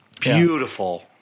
beautiful